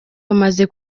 bamaze